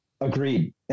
Agreed